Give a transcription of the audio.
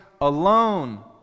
alone